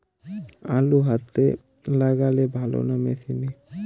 আলু হাতে লাগালে ভালো না মেশিনে?